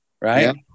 right